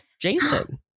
Jason